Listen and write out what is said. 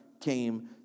came